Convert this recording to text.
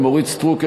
אורית סטרוק,